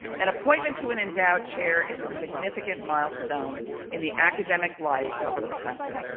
and appointment to an endowed chair is a significant milestone in the academic life of a professor.